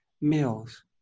meals